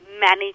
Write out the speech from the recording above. manage